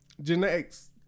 genetics